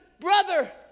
brother